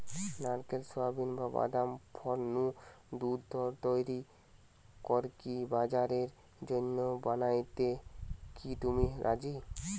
নারকেল, সুয়াবিন, বা বাদাম ফল নু দুধ তইরি করিকি বাজারের জন্য বানানিয়াতে কি তুমি রাজি?